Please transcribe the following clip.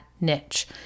niche